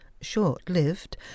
short-lived